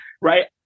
right